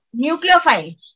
nucleophile